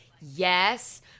yes